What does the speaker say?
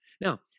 Now